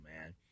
man